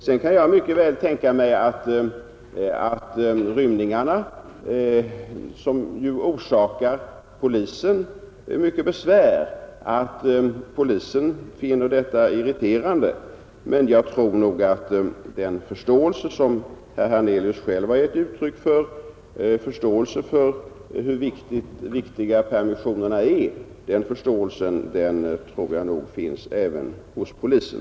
Sedan kan jag mycket väl tänka mig att polisen finner rymningarna irriterande, eftersom de orsakar polisen mycket besvär. Men jag tror nog att den förståelse som herr Hernelius själv har givit uttryck för, en förståelse för hur viktiga permissionerna är, även finns hos polisen.